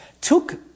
took